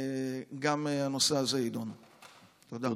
תודה רבה.